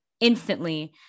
instantly